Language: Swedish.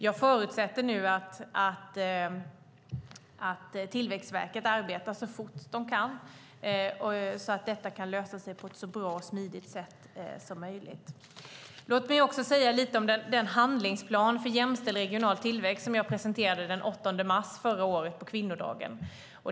Jag förutsätter nu att Tillväxtverket arbetar så fort de kan så att detta kan lösa sig på ett så bra och smidigt sätt som möjligt. Låt mig också säga lite om den handlingsplan för jämställd och regional tillväxt som jag presenterade den 8 mars förra året, på kvinnodagen.